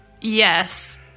Yes